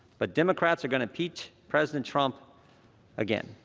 but democrats are going to impeach president trump again.